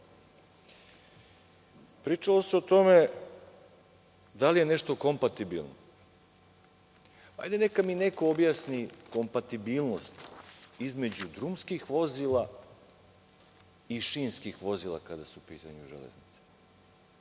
džepu. Pričalo se o tome da li je nešto kompatibilno. Hajde neka mi neko objasni kompatibilnost između drumskih vozila i šinskih vozila kada su u pitanju železnice.